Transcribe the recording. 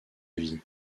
vie